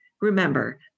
remember